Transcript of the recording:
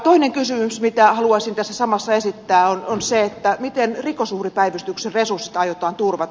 toinen kysymys mitä haluaisin tässä samassa esittää on se miten rikosuhripäivystyksen resurssit aiotaan turvata